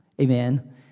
Amen